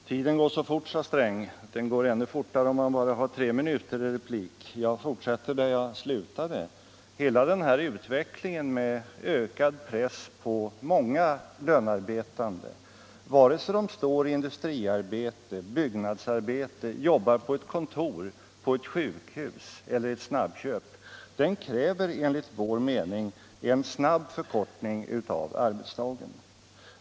Herr talman! Tiden går så fort, sade herr Sträng. Den går ännu fortare, om man bara har tre minuter till replik. Jag fortsätter där jag slutade. Hela utvecklingen med ökad press på många lönearbetande - vare sig de står i industriarbete, byggnadsarbete, jobbar på kontor, på sjukhus eller i ett snabbköp — kräver enligt vår mening en snabb förkortning av arbetsdagen.